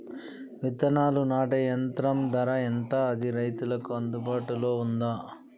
విత్తనాలు నాటే యంత్రం ధర ఎంత అది రైతులకు అందుబాటులో ఉందా?